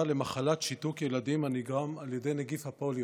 למחלת שיתוק ילדים הנגרם על ידי נגיף הפוליו.